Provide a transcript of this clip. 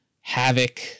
Havoc